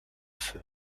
feu